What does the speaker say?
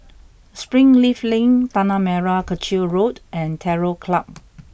Springleaf Link Tanah Merah Kechil Road and Terror Club